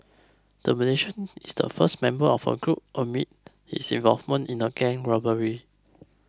the Malaysian is the first member of a group admit his involvement in a gang robbery